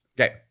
Okay